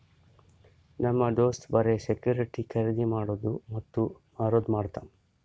ನಮ್ ದೋಸ್ತ್ ಬರೆ ಸೆಕ್ಯೂರಿಟಿಸ್ ಖರ್ದಿ ಮಾಡಿದ್ದು ಮತ್ತ ಮಾರದು ಮಾಡ್ತಾನ್